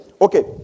Okay